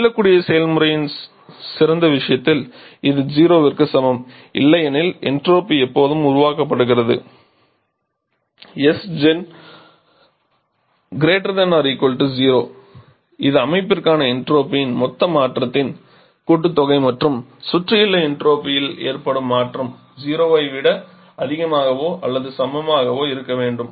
மீளக்கூடிய செயல்முறையின் சிறந்த விஷயத்தில் இது 0 ற்கு சமம் இல்லையெனில் என்ட்ரோபி எப்போதும் உருவாக்கப்படுகிறது இது அமைப்பிற்கான என்ட்ரோபியின் மொத்த மாற்றத்தின் கூட்டுத்தொகை மற்றும் சுற்றியுள்ள என்ட்ரோபியில் ஏற்படும் மாற்றம் 0 வை விட அதிகமாகவோ அல்லது சமமாகவோ இருக்க வேண்டும்